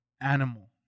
animal